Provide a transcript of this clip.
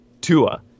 Tua